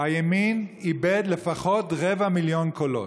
הימין איבד לפחות רבע מיליון קולות.